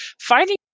finding